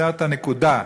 זאת הנקודה,